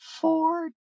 Four